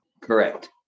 correct